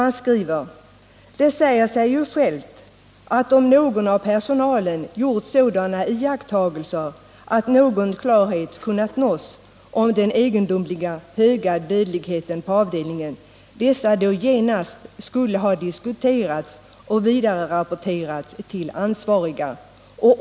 Man skriver i det sammanhanget: ”Det säger sig ju självt, att om någon av personalen gjort sådana iakttagelser, att någon klarhet kunnat nås om den egendomligt höga dödligheten på avdelningen, dessa då genast skulle ha diskuterats och vidarerapporterats till ansvariga läkare.